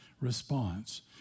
response